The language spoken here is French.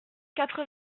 quatre